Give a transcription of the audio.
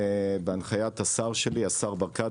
ובהנחיית השר שלי השר ברקת,